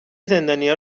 زندانیا